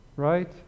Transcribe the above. Right